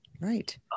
Right